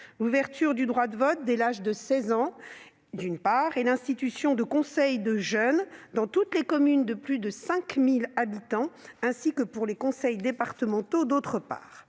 l'ouverture du droit de vote dès l'âge de 16 ans, d'une part, et l'institution de conseils de jeunes dans toutes les communes de plus 5 000 habitants ainsi que pour les conseils départementaux, d'autre part.